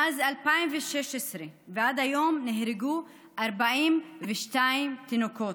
מאז 2016 ועד היום נהרגו 42 תינוקות,